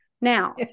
Now